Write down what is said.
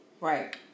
right